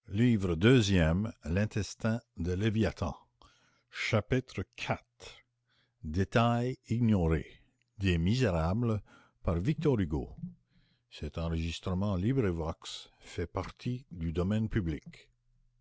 livre deuxième lintestin de léviathan chapitre i